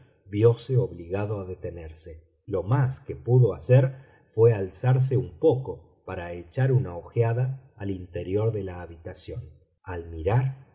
vióse obligado a detenerse lo más que pudo hacer fué alzarse un poco para echar una ojeada al interior de la habitación al mirar